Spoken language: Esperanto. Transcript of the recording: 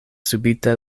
subite